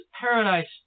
paradise